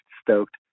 stoked